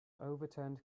overturned